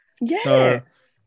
Yes